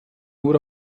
nur